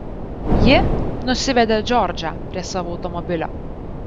ji nusivedė džordžą prie savo automobilio